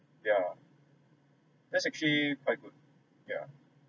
yeah that's actually quite good yeah